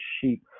sheep